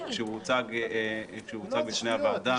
הוצג בפני הוועדה בשעתו.